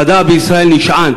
המדע בישראל נשען